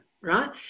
right